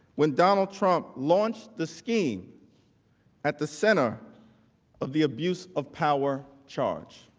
when donald trump launched the scheme at the center of the abuse of power charge.